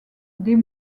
des